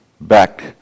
back